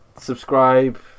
subscribe